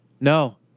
no